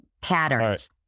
patterns